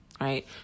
Right